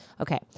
Okay